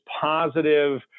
positive